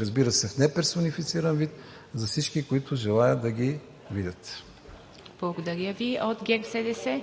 разбира се, в неперсонифициран вид, за всички, които желаят да ги видят. ПРЕДСЕДАТЕЛ